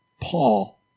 Paul